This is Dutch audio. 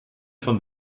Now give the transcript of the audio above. van